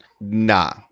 Nah